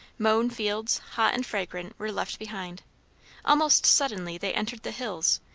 mown fields, hot and fragrant, were left behind almost suddenly they entered the hills,